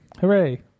Hooray